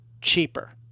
cheaper